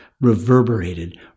reverberated